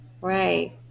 right